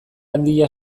handia